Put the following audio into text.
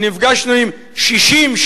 ונפגשנו עם 60,